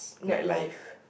nightlife